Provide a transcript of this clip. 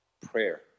Prayer